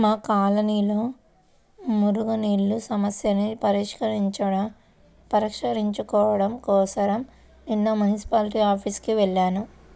మా కాలనీలో మురుగునీళ్ళ సమస్యని పరిష్కరించుకోడం కోసరం నిన్న మున్సిపాల్టీ ఆఫీసుకి వెళ్లాను